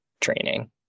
training